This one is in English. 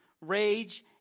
rage